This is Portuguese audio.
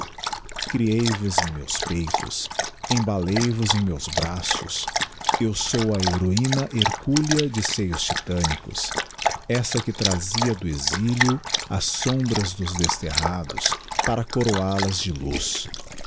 mãe criei vos era meus peitos embalei vos em meus braços eu sou a heroina hercúlea de seios titânicos essa que trazia do exilio as sombras dos desterrados para coroal as de luz